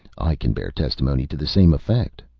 i can bear testimony to the same effect,